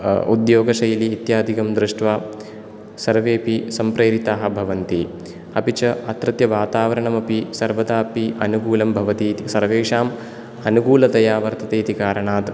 उद्योग शैली इत्यादिकं दृष्ट्वा सर्वेऽपि सम्प्रेरिताः भवन्ति अपि च अत्रत्य वातावरणमपि सर्वदापि अनुकूलं भवतीति सर्वेषां अनुकूलतया वर्ततेति कारणात्